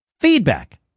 feedback